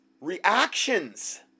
reactions